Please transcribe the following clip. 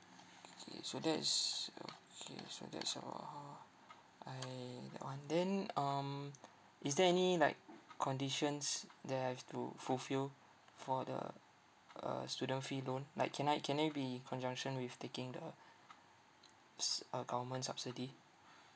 K K so that's okay so that's I that [one] then um is there any like conditions that I've to fulfill for the uh student fee loan like can I can it be in conjunction with taking the s~ uh government subsidy